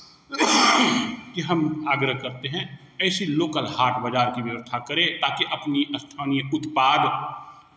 कि हम आग्रह करते हैं ऐसी लोकल हाट बाज़ार की व्यवस्था करें ताकि अपनी स्थानीय उत्पाद